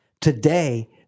Today